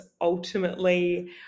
ultimately